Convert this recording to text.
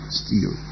steal